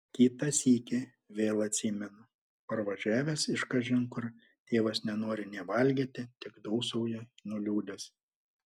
kitą sykį vėl atsimenu parvažiavęs iš kažin kur tėvas nenori nė valgyti tik dūsauja nuliūdęs